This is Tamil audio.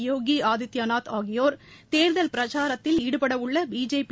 யோகி ஆதித்யனாத் ஆகியோா் தேர்தல் பிரச்சாரத்தில் ஈடுபடவுள்ள பிஜேபி